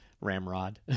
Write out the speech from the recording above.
Ramrod